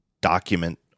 document